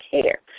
care